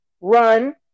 run